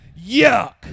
Yuck